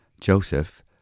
Joseph